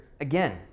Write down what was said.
Again